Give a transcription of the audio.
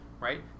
right